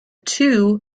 two